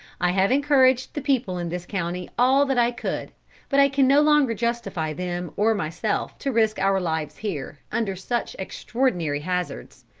i have encouraged the people in this county all that i could but i can no longer justify them or myself to risk our lives here, under such extraordinary hazards.